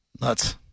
Nuts